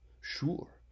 Sure